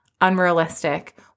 unrealistic